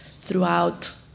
throughout